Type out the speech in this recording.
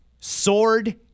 Sword